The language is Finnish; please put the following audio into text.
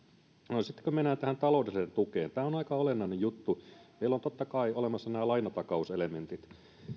sitten kun mennään tähän taloudelliseen tukeen tämä on aika olennainen juttu niin meillä on totta kai olemassa nämä lainatakauselementit